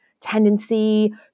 tendency